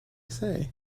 say